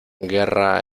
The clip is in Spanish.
guerra